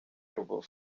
rubavu